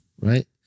Right